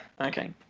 okay